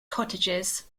cottages